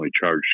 charged